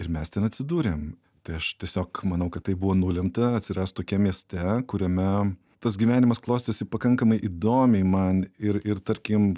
ir mes ten atsidūrėm tai aš tiesiog manau kad tai buvo nulemta atsirast tokiam mieste kuriame tas gyvenimas klostėsi pakankamai įdomiai man ir ir tarkim